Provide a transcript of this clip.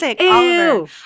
ew